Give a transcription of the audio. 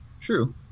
True